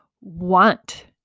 want